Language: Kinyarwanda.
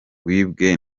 wibwe